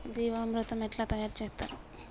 జీవామృతం ఎట్లా తయారు చేత్తరు?